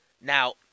Now